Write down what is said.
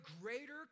greater